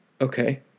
okay